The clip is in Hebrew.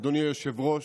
אדוני היושב-ראש,